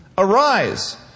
Arise